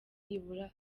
nibura